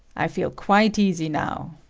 i feel quite easy now.